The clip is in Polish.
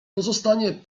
pozostanie